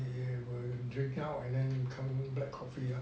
will drink now and then become black coffee ah